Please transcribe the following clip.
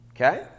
okay